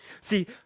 See